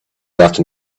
after